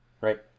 Right